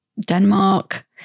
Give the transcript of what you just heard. Denmark